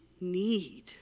need